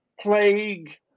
plague